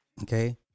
Okay